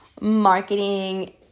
marketing